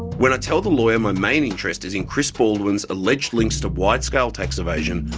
when i tell the lawyer my main interest is in chris baldwin's alleged links to wide-scale tax evasion,